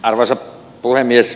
arvoisa puhemies